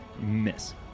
miss